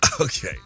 Okay